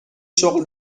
شغل